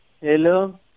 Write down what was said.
hello